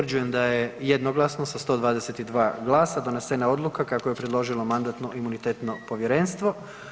Utvrđujem da je jednoglasno sa 122 glasa donesena odluka kako je predložilo Mandatno-imunitetno povjerenstvo.